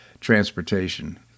transportation